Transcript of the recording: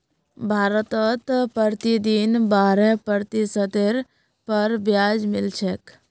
भारतत प्रतिदिन बारह प्रतिशतेर पर ब्याज मिल छेक